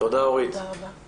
תודה רבה, אורית.